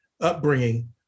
upbringing